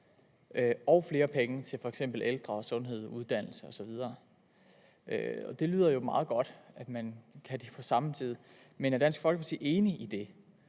og flere penge til f.eks. ældre, sundhed, uddannelse osv. Det lyder jo meget godt, at man kan det på samme tid, men er Dansk Folkeparti enig i det,